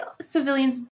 civilians